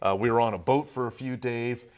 ah we were on a boat for a few days.